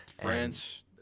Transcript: France